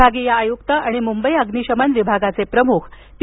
विभागीय आयुक्त आणि मुंबई अग्निशमन विभाग प्रमुख पी